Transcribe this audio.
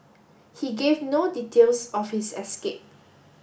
he gave no details of his escape